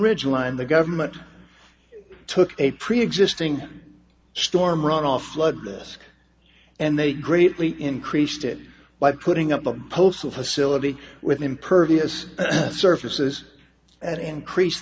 ridge line the government took a preexisting storm run off bloodless and they greatly increased it by putting up a postal facility with impervious surfaces and increase